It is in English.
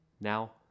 Now